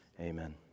Amen